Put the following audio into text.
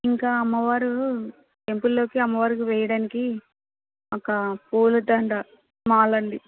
ఇంకా అమ్మవారు టెంపుల్లోకి అమ్మవారికి వేయడానికి ఒక పూల దండ మాల అండీ